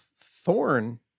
thorn